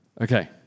Okay